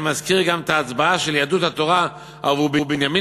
אני מזכיר גם את ההצבעה של יהדות התורה עבור בנימין